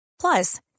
Plus